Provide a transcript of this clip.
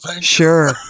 Sure